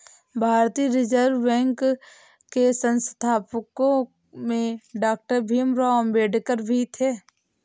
भारतीय reserve bank के संस्थापकों में डॉक्टर भीमराव अंबेडकर भी थे